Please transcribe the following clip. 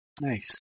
Nice